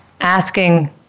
asking